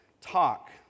talk